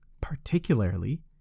particularly